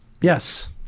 Yes